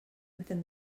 within